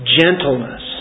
Gentleness